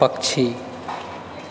पक्षी